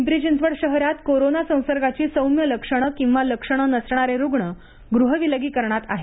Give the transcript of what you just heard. पिंपरी चिंचवड शहरात कोरोना संसर्गाची सौम्य लक्षणं किंवा लक्षणं नसणारे रुग्ण ग्रहविलगीकरणात आहेत